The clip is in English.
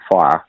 fire